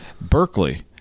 Berkeley